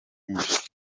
byinshi